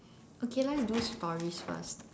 okay let's do stories first